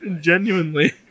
genuinely